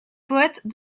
poètes